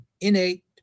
innate